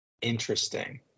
Interesting